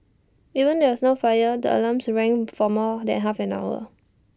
even though there was no fire the alarms rang for more than half an hour